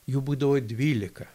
jų būdavo dvylika